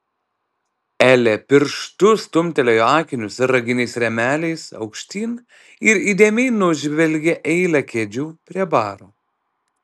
elė pirštu stumtelėjo akinius raginiais rėmeliais aukštyn ir įdėmiai nužvelgė eilę kėdžių prie baro